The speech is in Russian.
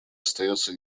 остается